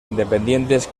independientes